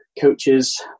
coaches